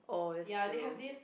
ya they have this